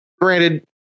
granted